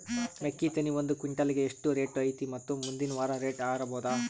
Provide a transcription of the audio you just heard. ಮೆಕ್ಕಿ ತೆನಿ ಒಂದು ಕ್ವಿಂಟಾಲ್ ಗೆ ಎಷ್ಟು ರೇಟು ಐತಿ ಮತ್ತು ಮುಂದಿನ ವಾರ ರೇಟ್ ಹಾರಬಹುದ?